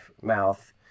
mouth